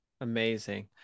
Amazing